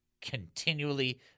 continually